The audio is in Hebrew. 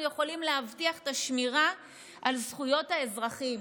יכולים להבטיח את השמירה על זכויות האזרחים.